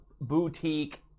boutique